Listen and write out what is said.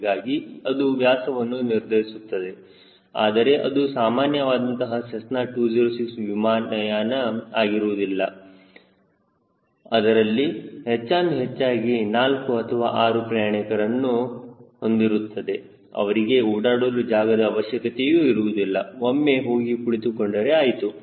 ಹೀಗಾಗಿ ಅದು ವ್ಯಾಸವನ್ನು ನಿರ್ಧರಿಸುತ್ತದೆ ಆದರೆ ಅದು ಸಾಮಾನ್ಯವಾದಂತಹ ಸೆಸ್ನಾ 206 ವಾಯುಯಾನ ಆಗಿದ್ದರೆ ಅದರಲ್ಲಿ ಹೆಚ್ಚಾನುಹೆಚ್ಚಾಗಿ 4 ಅಥವಾ 6 ಪ್ರಯಾಣಿಕರನ್ನು ಹೊಂದಿರುತ್ತದೆ ಅವರಿಗೆ ಓಡಾಡಲು ಜಾಗದ ಅವಶ್ಯಕತೆಯೂ ಇರುವುದಿಲ್ಲ ಒಮ್ಮೆ ಹೋಗಿ ಕುಳಿತುಕೊಂಡರೆ ಆಯ್ತು